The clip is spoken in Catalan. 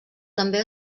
també